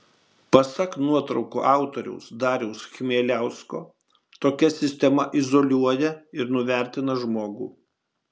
pasak nuotraukų autoriaus dariaus chmieliausko tokia sistema izoliuoja ir nuvertina žmogų